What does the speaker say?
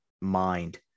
mind